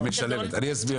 היא משלמת, אני אסביר.